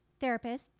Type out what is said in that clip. therapists